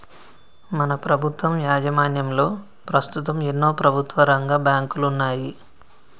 మన ప్రభుత్వం యాజమాన్యంలో పస్తుతం ఎన్నో ప్రభుత్వరంగ బాంకులున్నాయి